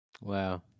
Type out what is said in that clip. Wow